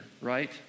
Right